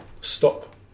stop